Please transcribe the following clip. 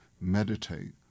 meditate